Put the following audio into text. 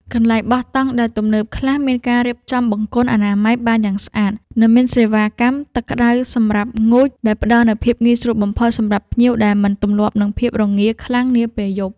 កន្លែងបោះតង់ដែលទំនើបខ្លះមានការរៀបចំបង្គន់អនាម័យបានយ៉ាងស្អាត និង មានសេវាកម្មទឹកក្តៅសម្រាប់ងូតដែលផ្តល់នូវភាពងាយស្រួលបំផុតសម្រាប់ភ្ញៀវដែលមិនទម្លាប់នឹងភាពរងាខ្លាំងនាពេលយប់។